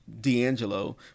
D'Angelo